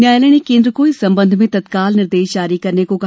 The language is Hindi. न्यायालय ने केन्द्र को इस संबंध में तत्काल निर्देश जारी करने को कहा